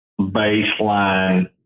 baseline